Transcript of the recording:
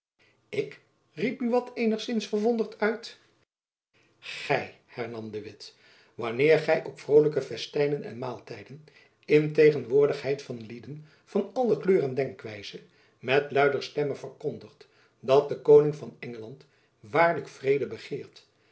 ik riep buat eenigzins verwonderd uit gy hernam de witt wanneer gy op vrolijke festijnen en maaltijden in tegenwoordigheid van lieden van alle kleur en denkwijze met luider stemme verkondigt dat de koning van engeland waarlijk vrede begeert